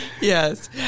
Yes